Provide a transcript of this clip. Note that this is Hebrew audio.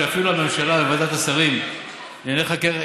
שאפילו הממשלה וועדת השרים לענייני חקיקה